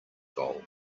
bowl